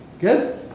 Good